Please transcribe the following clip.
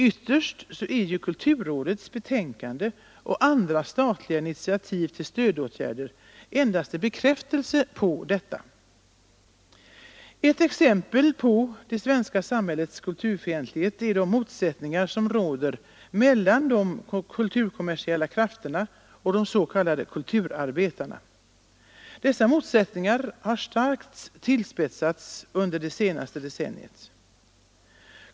Ytterst är ju kulturrådets betänkande och andra statliga initiativ till stödåtgärder endast en bekräftelse på detta. Ett exempel på det svenska samhällets kulturfientlighet är de motsättningar som råder mellan de kulturkommersiella krafterna och de s.k. kulturarbetarna. Dessa motsättningar har starkt tillspetsats under det senaste decenniet.